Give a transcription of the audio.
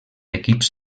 equips